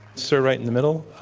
so right in the middle,